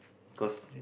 cause